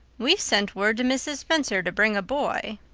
we sent word to mrs. spencer to bring a boy.